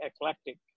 eclectic